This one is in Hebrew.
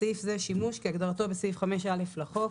בסעיף זה "שימוש" כהגדרתו בסעיף 5(א) לחוק.